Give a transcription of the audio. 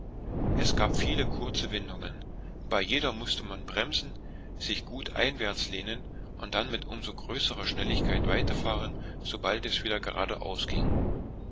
es gab viele kurze windungen bei jeder mußte man bremsen sich gut einwärts lehnen und dann mit um so größerer schnelligkeit weiterfahren sobald es wieder geradeaus ging